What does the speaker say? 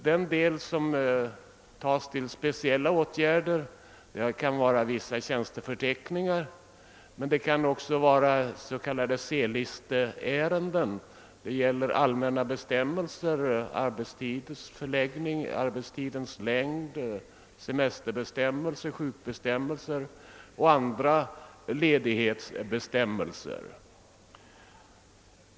Den del som utgår till speciella åtgärder kan gälla justering av vissa tjänsteförteckningar, men de kan också vara s.k. C-listeärenden. Det kan vidare gälla allmänna bestämmelser, arbetstidens förläggning, arbetstidens längd, semesteroch sjukbestämmelser och andra ledighetsbestämmelser.